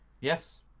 yes